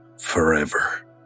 forever